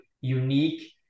unique